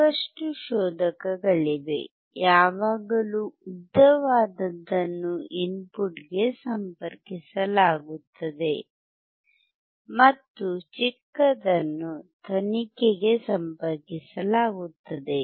ಸಾಕಷ್ಟು ಶೋಧಕಗಳಿವೆ ಯಾವಾಗಲೂ ಉದ್ದವಾದದ್ದನ್ನು ಇನ್ಪುಟ್ಗೆ ಸಂಪರ್ಕಿಸಲಾಗುತ್ತದೆ ಮತ್ತು ಚಿಕ್ಕದನ್ನು ತನಿಖೆಗೆ ಸಂಪರ್ಕಿಸಲಾಗುತ್ತದೆ